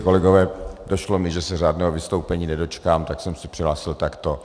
Kolegové, došlo mi, že se řádného vystoupení nedočkám, tak jsem se přihlásil takto.